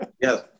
Yes